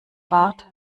bart